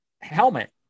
helmet